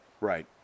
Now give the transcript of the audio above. right